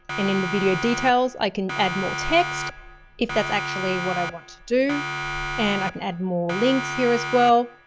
in in the video details, i can add more text if that's actually what i want to do and i can add more links here as well.